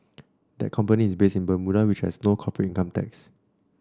that company is based in Bermuda which has no corporate income tax